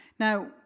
Now